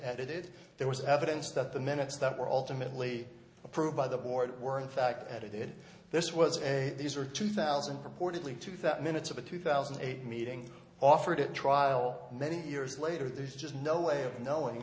edited there was evidence that the minutes that were ultimately approved by the board were in fact edited this was a these are two thousand purportedly two thousand minutes of a two thousand and eight meeting offered a trial many years later there's just no way of knowing